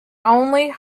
only